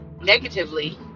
Negatively